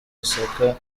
isaac